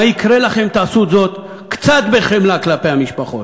מה יקרה לכם אם תעשו זאת עם קצת חמלה כלפי המשפחות,